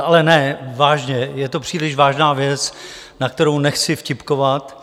Ale ne, vážně, je to příliš vážná věc, na kterou nechci vtipkovat.